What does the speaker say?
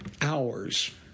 hours